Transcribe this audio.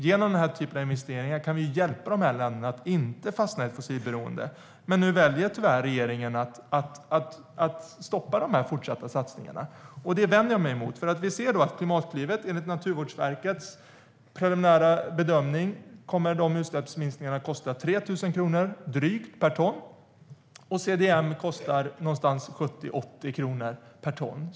Genom den typen av investeringar kan vi hjälpa dessa länder att inte fastna i ett fossilberoende. Tyvärr väljer regeringen att stoppa de fortsatta satsningarna. Jag vänder mig mot det, för enligt Naturvårdsverkets preliminära bedömning kommer utsläppsminskningarna att kosta drygt 3 000 kronor per ton medan CDM kostar någonstans mellan 70 och 80 kronor per ton.